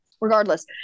Regardless